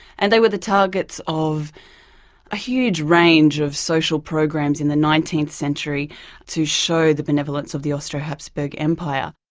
and they were the targets of a huge range of social programs in the nineteenth century to show the benevolence of the austro-hapsburg empire.